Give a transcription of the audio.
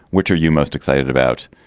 which are you most excited about.